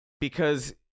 because-